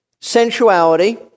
sensuality